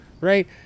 right